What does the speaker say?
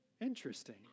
Interesting